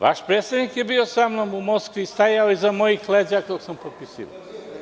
Vaš predsednik je bio sa mnom u Moskvi i stajao iza mojih leđa dok sam potpisivao.